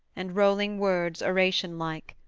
and rolling words oration-like.